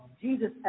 Jesus